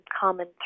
common